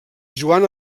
joan